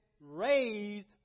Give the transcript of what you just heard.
raised